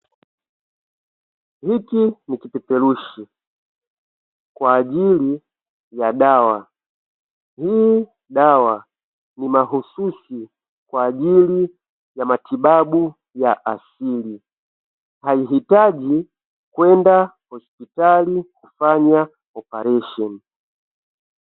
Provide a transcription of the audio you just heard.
Hiki ni kipeperushi kwa ajili ya dawa, hii dawa ni mahususi kwa ajili ya matibabu ya asili, haihitaji kwenda hospitali kufanya oparesheni.